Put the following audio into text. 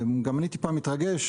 גם אני קצת מתרגש,